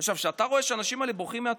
עכשיו, כשאתה רואה שהאנשים האלה בורחים מהתופת,